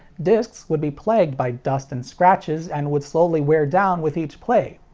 discs would be plagued by dust and scratches, and would slowly wear down with each play.